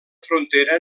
frontera